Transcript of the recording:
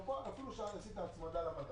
פה אף על פי שאתם עושים את ההצמדה למדד.